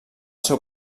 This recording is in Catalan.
seu